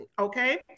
Okay